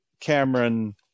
Cameron